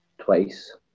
twice